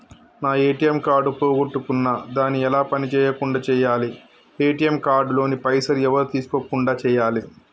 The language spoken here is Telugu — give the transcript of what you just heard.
నా ఏ.టి.ఎమ్ కార్డు పోగొట్టుకున్నా దాన్ని ఎలా పని చేయకుండా చేయాలి ఏ.టి.ఎమ్ కార్డు లోని పైసలు ఎవరు తీసుకోకుండా చేయాలి?